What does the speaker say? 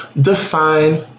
define